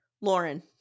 Lauren